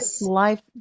life